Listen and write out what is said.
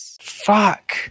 Fuck